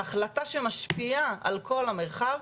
החלטה שמשפיעה על כל המרחב,